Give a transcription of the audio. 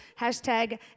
hashtag